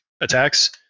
attacks